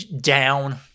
down